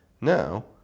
now